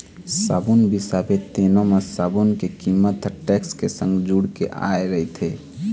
साबून बिसाबे तेनो म साबून के कीमत ह टेक्स के संग जुड़ के आय रहिथे